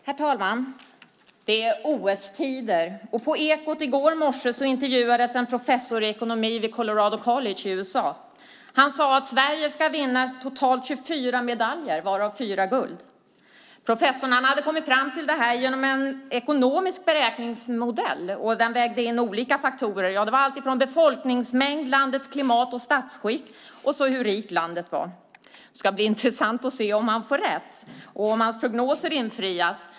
Herr talman! Det är OS-tider, och på Ekot i går morse intervjuades en professor i ekonomi vid Colorado College i USA. Han sade att Sverige ska vinna totalt 24 medaljer, varav 4 guld. Professorn hade kommit fram till detta genom en ekonomisk beräkningsmodell, som vägde in olika faktorer. Det var alltifrån befolkningsmängd, landets klimat och statsskick till hur rikt landet var. Det ska bli intressant att se om han får rätt och om hans prognoser infrias.